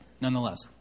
Nonetheless